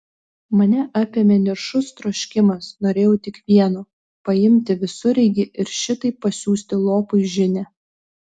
mane apėmė niršus troškimas norėjau tik vieno paimti visureigį ir šitaip pasiųsti lopui žinią